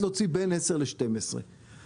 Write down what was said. להוציא בין 10,000 טון ל-12,000 טון מקסימום.